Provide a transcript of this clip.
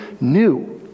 new